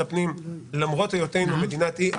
למרות היותנו מדינת אי,